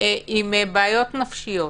עם בעיות נפשיות.